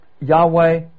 Yahweh